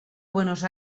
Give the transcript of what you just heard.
buenos